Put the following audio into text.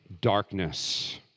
darkness